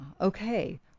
okay